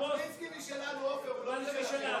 ז'בוטינסקי משלנו, עפר, הוא לא שלכם.